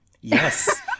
Yes